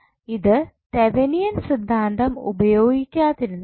അത് തെവനിയൻ സിദ്ധാന്തം ഉപയോഗിക്കാതിരുന്നപ്പോൾ